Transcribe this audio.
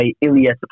Ilya